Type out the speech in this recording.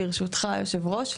ברשותך היושב ראש,